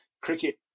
Cricket